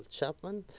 Chapman